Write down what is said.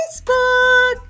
Facebook